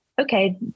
okay